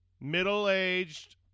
middle-aged